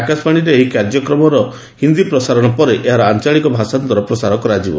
ଆକାଶବାଣୀରେ ଏହି କାର୍ଯ୍ୟକ୍ରମର ହିନ୍ଦୀ ପ୍ରସାରଣ ପରେ ଏହାର ଆଞ୍ଚଳିକ ଭାଷାନ୍ତରଣର ପ୍ରଚାର କରିବ